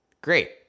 great